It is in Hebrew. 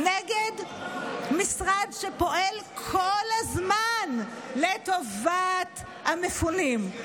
נגד משרד שפועל כל הזמן לטובת המפונים,